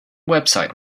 website